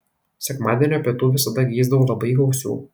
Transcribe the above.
sekmadienio pietų visada geisdavau labai gausių